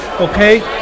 okay